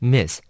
Miss